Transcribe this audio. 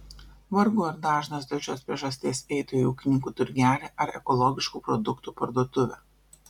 vargu ar dažnas dėl šios priežasties eitų į ūkininkų turgelį ar ekologiškų produktų parduotuvę